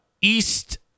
east